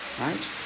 right